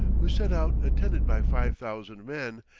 who set out attended by five thousand men,